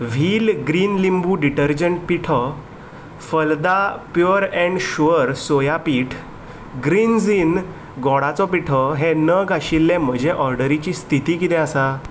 wheel green लिंबू detergent पिठो फलदा प्युअर अँड शुअर सोया पिठ ग्रीन्झ इन गोडाचो पिठो हे नग आशिल्ले म्हजे ऑर्डरीची स्थिती कितें आसा